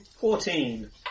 Fourteen